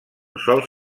sol